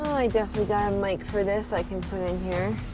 i definitely got a um mic for this i can put in here.